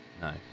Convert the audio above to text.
no